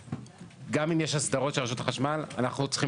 גם אם יש אסדרות של רשות החשמל אנחנו צריכים